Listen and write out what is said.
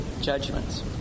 judgments